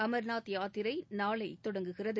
அமர்நாத் யாத்திரை நாளை தொடங்குகிறது